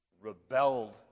rebelled